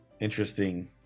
interesting